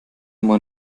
immer